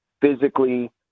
physically